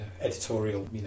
editorial